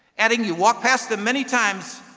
adding, you've walked past them many times,